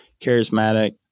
charismatic